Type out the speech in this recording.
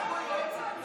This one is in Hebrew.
מה זה?